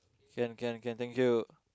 can can can thank you